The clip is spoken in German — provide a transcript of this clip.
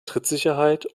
trittsicherheit